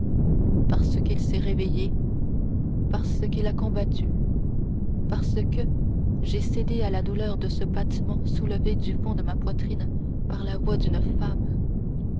parce qu'il s'est réveillé parce qu'il a battu parce que j'ai cédé à la douleur de ce battement soulevé du fond de ma poitrine par la voix d'une femme